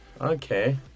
Okay